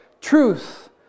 truth